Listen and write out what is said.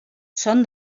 són